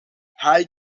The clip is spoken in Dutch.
hij